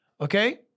okay